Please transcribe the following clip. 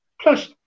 Plus